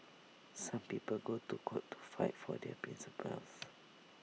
some people go to court to fight for their principles